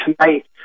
tonight